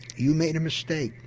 you made a mistake.